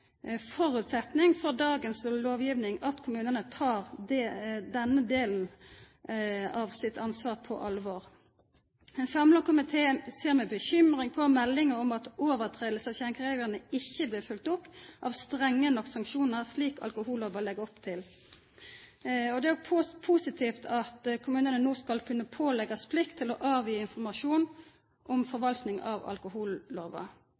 for dagens lovgjeving at kommuane tek denne delen av sitt ansvar på alvor. Ein samla komité ser med bekymring på meldingar om at brot på skjenkereglane ikkje blir følgde opp av strenge nok sanksjonar, slik alkohollova legg opp til. Det er positivt at kommunane no skal kunne påleggjast plikt til å gje informasjon om forvaltinga av alkohollova.